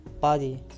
body